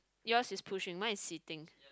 yours is pushing mine is sitting